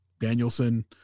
Danielson